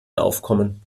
aufkommen